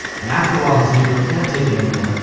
and after a while his neighbor can't take it anymore,